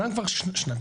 הבן אדם כבר שנתיים,